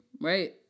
right